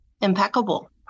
impeccable